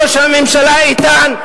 ראש הממשלה איתן.